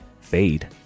fade